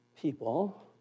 people